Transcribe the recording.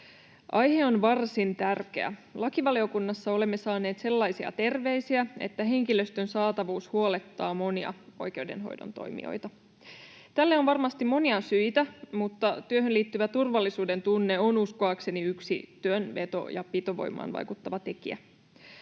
Aihe on varsin tärkeä. Lakivaliokunnassa olemme saaneet sellaisia terveisiä, että henkilöstön saatavuus huolettaa monia oikeudenhoidon toimijoita. Tälle on varmasti monia syitä, mutta työhön liittyvä turvallisuudentunne on uskoakseni yksi työn veto- ja pitovoimaan vaikuttava tekijä.